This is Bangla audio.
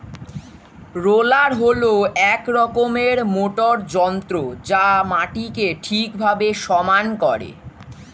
রোলার হল এক রকমের মোটর যন্ত্র যা মাটিকে ঠিকভাবে সমান করে